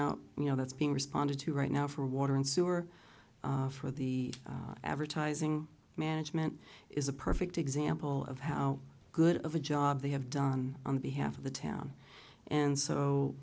and you know that's being responded to right now for water and sewer for the advertising management is a perfect example of how good of a job they have done on behalf of the town and so